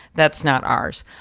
that's not ours.